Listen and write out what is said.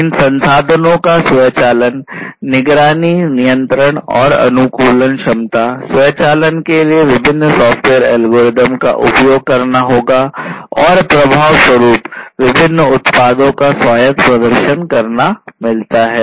इन संसाधनों का स्वचालन निगरानी नियंत्रण और अनुकूलन क्षमता स्वचालन के लिए विभिन्न सॉफ्टवेयर एल्गोरिदम का उपयोग करना होगा और प्रभाव स्वरूप विभिन्न उत्पादों का स्वायत्त प्रदर्शन करना मिलता है